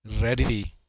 ready